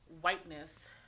whiteness